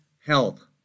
health